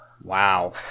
Wow